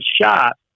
shot